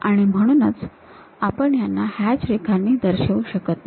आणि म्हणूनच आपण याना हॅच रेखांनी दर्शवू शकत नाही